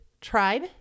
Tribe